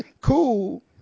cool